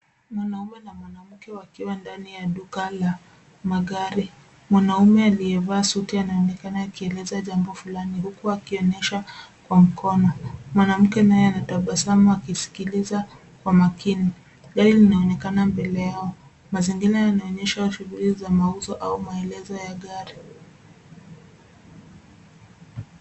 Mwanaume na mwanamke wakiwa ndani ya duka la magari. Mwanaume aliyevaa suti anaonekana akieleza jambo fulani huku akionyesha kwa mkono. Mwanamke naye anatabasamu akisikiliza kwa makini. Gari linaonekana mbele yao. Mazingira yanaonyesha shughuli za mauzo au maelezo ya gari.